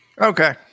Okay